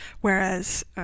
whereas